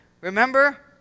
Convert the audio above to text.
Remember